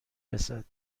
رسد